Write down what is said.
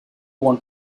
want